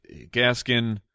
Gaskin